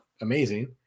amazing